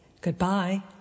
Goodbye